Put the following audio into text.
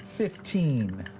fifteen.